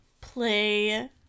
play